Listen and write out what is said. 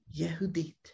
Yehudit